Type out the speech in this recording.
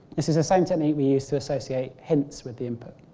this is the same technique we use to associate hints with the input.